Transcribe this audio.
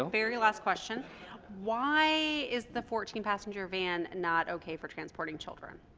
very last question why is the fourteen passenger van not okay for transporting children?